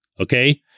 okay